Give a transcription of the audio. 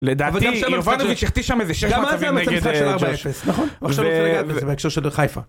לדעתי, יובנוביץ החטיא שם איזה שישה מצבים נגד ג'וש, נכון, ועכשיו רוצה לגעת בזה בהקשר של חיפה.